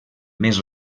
més